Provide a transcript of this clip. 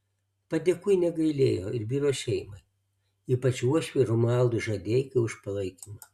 padėkų ji negailėjo ir vyro šeimai ypač uošviui romualdui žadeikai už palaikymą